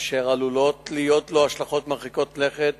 אשר עלולות להיות לו השלכות מרחיקות לכת